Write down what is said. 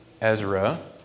Ezra